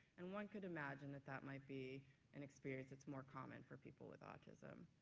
and one could imagine that that might be an experience that's more common for people with autism.